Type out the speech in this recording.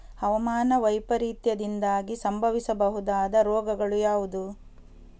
ಹವಾಮಾನ ವೈಪರೀತ್ಯದಿಂದಾಗಿ ಸಂಭವಿಸಬಹುದಾದ ರೋಗಗಳು ಯಾವುದು?